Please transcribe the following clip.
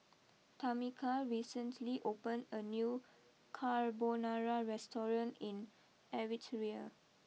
Tameka recently opened a new Carbonara restaurant in Eritrea